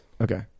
Okay